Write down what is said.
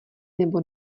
nebo